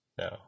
No